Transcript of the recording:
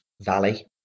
valley